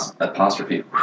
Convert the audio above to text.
apostrophe